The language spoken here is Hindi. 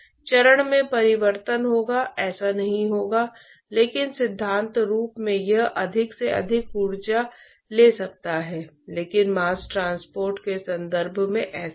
तो हम देखेंगे कि लामिना और अशांत परिस्थितियों में प्रवाह के गुणों को कैसे शामिल किया जाए फिर उस स्थिति के तहत हीट और मास्स ट्रांसपोर्ट को कैसे प्रभावित किया जाए